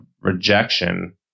rejection